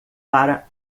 para